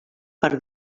per